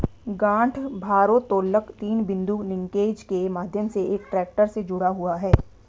गांठ भारोत्तोलक तीन बिंदु लिंकेज के माध्यम से एक ट्रैक्टर से जुड़ा हुआ है